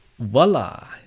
Voila